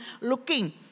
looking